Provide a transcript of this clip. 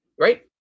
right